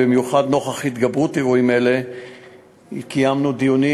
במיוחד נוכח התגברות אירועים אלו קיימנו דיונים